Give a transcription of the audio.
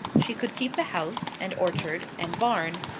she could keep the house, and orchard, and barn,